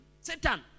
Satan